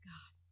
God